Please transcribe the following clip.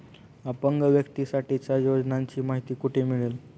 अपंग व्यक्तीसाठीच्या योजनांची माहिती कुठे मिळेल?